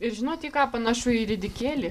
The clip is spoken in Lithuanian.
ir žinot į ką panašu į ridikėlį